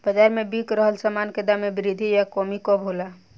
बाज़ार में बिक रहल सामान के दाम में वृद्धि या कमी कब होला?